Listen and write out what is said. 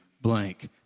blank